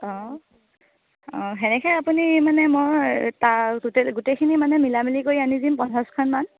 অঁ অঁ সেনেকৈ আপুনি মানে মই ট'টেল গোটেইখিনি মানে মিলা মিলি কৰি আনি দিম পঞ্চাছখনমান